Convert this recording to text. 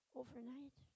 overnight